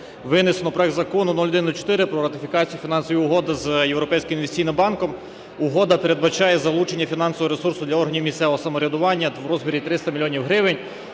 винесено проект Закону (0104) про ратифікацію Фінансової угоди з Європейським інвестиційним банком. Угода передбачає залучення фінансового ресурсу для органів місцевого самоврядування у розмірі 300 мільйонів